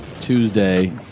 Tuesday